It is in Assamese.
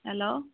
হেল্ল'